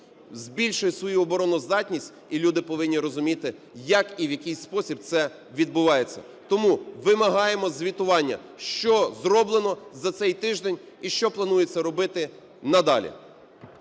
збільшує свою обороноздатність, і люди повинні розуміти, як і в який спосіб це відбувається. Тому вимагаємо звітування, що зроблено за цей тиждень і що планується робити надалі.